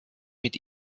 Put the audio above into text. mit